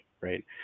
right